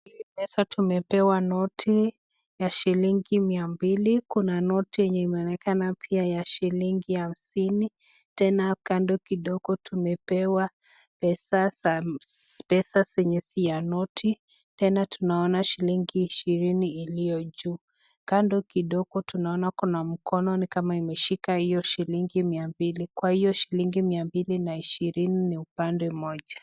Pesa tumepewa noti ,ya shilingi mia mbili Kuna noti nye inaoneka pia ya shilingi humsini, tena kando kidogo tumepewa pesa zenye si ya noti tena tunaona shilingi ishirini iliyo juuu. Kando kidogo tunaona Kuna mkono ni kama imeshika hiyo shilingi mia mbili. Kwa hiyo shilingi mia mbili na ishirini ni upande mmoja.